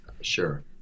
Sure